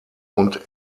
und